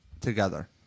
Together